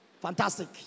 Fantastic